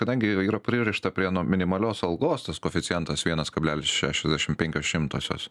kadangi yra pririšta prie nuo minimalios algos tas koeficientas vienas kablelis šešiasdešim penkios šimtosios